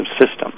system